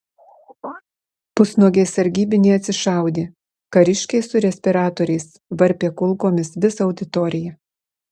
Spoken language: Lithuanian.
pusnuogiai sargybiniai atsišaudė kariškiai su respiratoriais varpė kulkomis visą auditoriją